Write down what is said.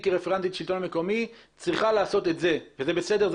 כרפרנטית שלטון מקומי צריכה לעשות את זה וזה בסדר.